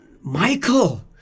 Michael